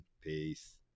Peace